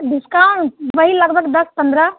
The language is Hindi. डिस्काउंट वही लगभग दस पंद्रह